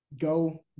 Go